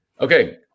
Okay